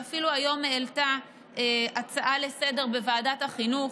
ואפילו היום העלתה הצעה לסדר-היום בוועדת החינוך.